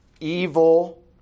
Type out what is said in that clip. evil